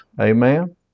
Amen